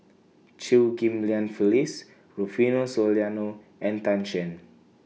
Chew Ghim Lian Phyllis Rufino Soliano and Tan Shen